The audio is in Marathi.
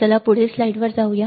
चला पुढील स्लाइडवर जाऊया